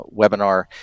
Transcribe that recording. webinar